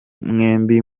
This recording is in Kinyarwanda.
mwembi